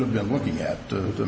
have been looking at the